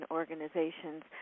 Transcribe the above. organizations